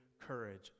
courage